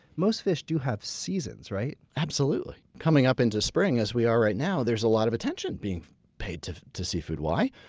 most fish do have seasons, right? absolutely. coming up into spring as we are right now, there's a lot of attention being paid to to seafood. why?